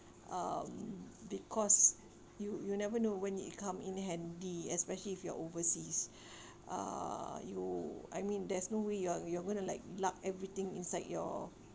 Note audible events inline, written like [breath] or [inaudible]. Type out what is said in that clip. um because you you never know when it come in handy especially if you're overseas [breath] uh you I mean there's no way you're you're going to like lug everything inside your